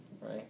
right